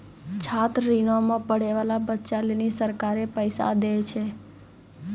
छात्र ऋणो मे पढ़ै बाला बच्चा लेली सरकारें पैसा दै छै